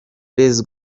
ntabwo